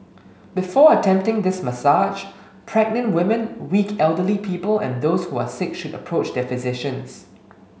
before attempting this massage pregnant women weak elderly people and those who are sick should approach their physicians